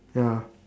ya